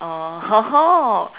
oh